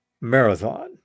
marathon